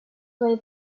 way